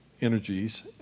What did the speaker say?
energies